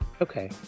okay